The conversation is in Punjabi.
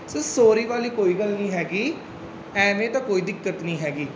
ਸਰ ਸੋਰੀ ਵਾਲੀ ਕੋਈ ਗੱਲ ਨਹੀਂ ਹੈਗੀ ਐਵੇਂ ਤਾਂ ਕੋਈ ਦਿੱਕਤ ਨਹੀਂ ਹੈਗੀ